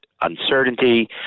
uncertainty